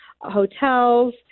hotels